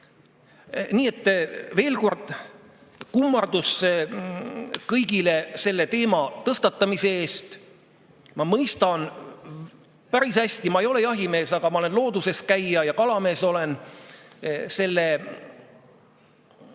et veel kord kummardus kõigile selle teema tõstatamise eest. Ma mõistan päris hästi – ma ei ole jahimees, aga ma olen looduses käija ja kalamees – öösihiku